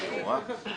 בבקשה,